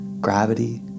gravity